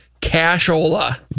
Cash-ola